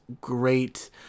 great